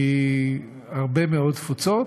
מהרבה מאוד תפוצות,